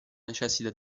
necessita